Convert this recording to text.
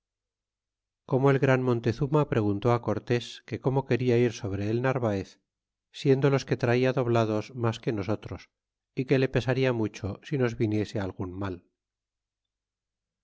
como el gran montezuma preguntó cortés que cómo quena ir sobre el narvaez siendo los que trata doblados mas que nosotros y que le pesaria mucho si nos viniese algun mal